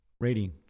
rating